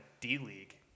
D-League